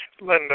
Linda